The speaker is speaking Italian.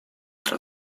tra